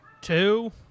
two